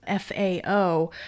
FAO